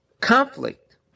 conflict